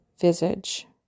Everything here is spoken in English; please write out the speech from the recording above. visage